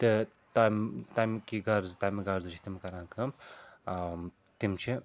تہٕ تَمہِ تَمہِ کہِ غرضہٕ تَمہِ غرضہٕ چھِ تِم کَران کٲم تِم چھِ